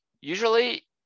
usually